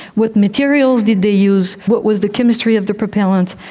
what materials did they use, what was the chemistry of the propellant,